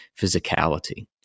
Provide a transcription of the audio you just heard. physicality